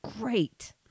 great